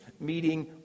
meeting